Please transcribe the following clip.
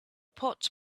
pot